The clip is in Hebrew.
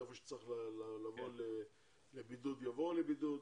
איפה שצריך לבוא לבידוד יבואו לבידוד.